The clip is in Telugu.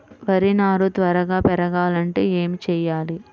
వరి నారు త్వరగా పెరగాలంటే ఏమి చెయ్యాలి?